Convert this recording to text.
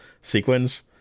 sequence